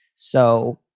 so,